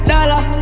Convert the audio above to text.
Dollar